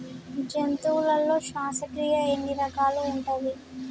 జంతువులలో శ్వాసక్రియ ఎన్ని రకాలు ఉంటది?